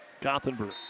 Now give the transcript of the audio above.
Gothenburg